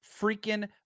freaking